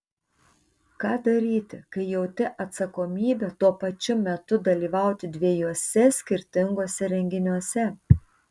ką daryti kai jauti atsakomybę tuo pačiu metu dalyvauti dviejuose skirtinguose renginiuose